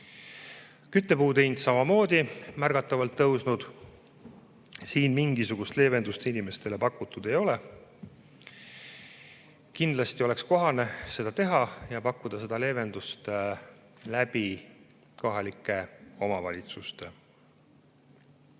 Küttepuude hind on samamoodi märgatavalt tõusnud. Siin mingisugust leevendust inimestele pakutud ei ole. Kindlasti oleks kohane seda teha ja pakkuda seda leevendust kohalike omavalitsuste